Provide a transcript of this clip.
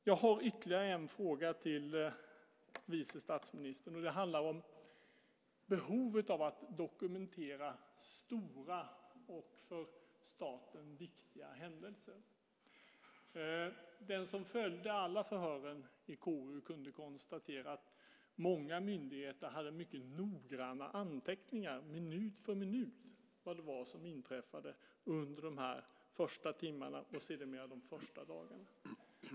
Jag har ytterligare en fråga till vice statsministern. Den handlar om behovet av att dokumentera stora och för staten viktiga händelser. Den som följde alla förhören i KU kunde konstatera att många myndigheter hade mycket noggranna anteckningar, minut för minut, om vad det var som inträffade under de här första timmarna och sedermera de första dagarna.